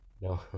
No